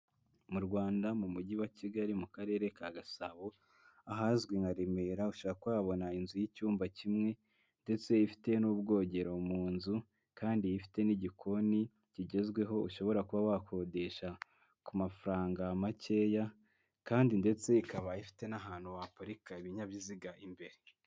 Mu rwanda mu mujyi wa kigali mu karere ka gasabo ahazwi nka remera ushakakwa wabona inzu y'icyumba kimwe ndetse ifite n'ubwogero mu nzu kandi ifite n'igikoni kigezweho ushobora kuba wakodesha ku mafaranga makeya kandi ndetse ikaba ifite n'ahantu haparika ibinyabiziga imbere.